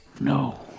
No